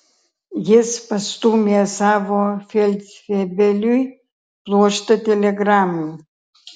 jis pastūmė savo feldfebeliui pluoštą telegramų